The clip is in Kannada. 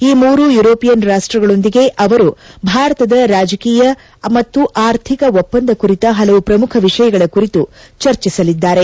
ಈ ಮೂರು ಯುರೋಪಿಯನ್ ರಾಷ್ಟಗಳೊಂದಿಗೆ ಅವರು ಭಾರತದ ರಾಜಕೀಯ ಮತ್ತು ಆರ್ಥಿಕ ಒಪ್ಪಂದ ಕುರಿತ ಹಲವು ಪ್ರಮುಖ ವಿಷಯಗಳ ಕುರಿತು ಚರ್ಚಿಸಲಿದ್ದಾರೆ